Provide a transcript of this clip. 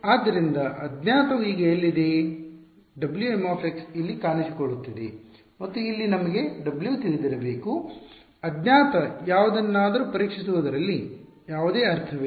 ಆದ್ದರಿಂದ ಅಜ್ಞಾತವು ಈಗ ಇಲ್ಲಿದೆ Wm ಇಲ್ಲಿ ಕಾಣಿಸಿಕೊಳ್ಳುತ್ತಿದೆ ಮತ್ತು ಇಲ್ಲಿ ನಮಗೆ W ತಿಳಿದಿರಬೇಕು ಅಜ್ಞಾತ ಯಾವುದನ್ನಾದರೂ ಪರೀಕ್ಷಿಸುವುದರಲ್ಲಿ ಯಾವುದೇ ಅರ್ಥವಿಲ್ಲ